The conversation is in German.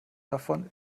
davon